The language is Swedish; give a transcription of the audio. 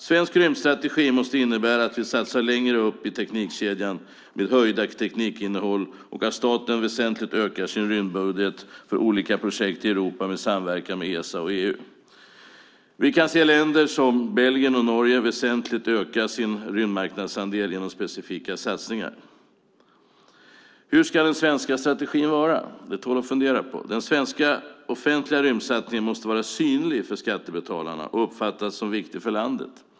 Svensk rymdstrategi måste innebära att vi satsar längre upp i teknikkedjan med ökat teknikinnehåll och att staten väsentligt ökar sin rymdbudget för olika projekt i Europa med samverkan med ESA och EU. Vi kan se länder som Belgien och Norge väsentligt öka sin rymdmarknadsandel genom specifika satsningar. Hur ska den svenska strategin vara? Det tål att fundera på. Den svenska offentliga rymdsatsningen måste vara synlig för skattebetalarna och uppfattas som viktig för landet.